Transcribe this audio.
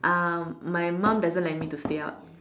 uh my mom doesn't let me to stay out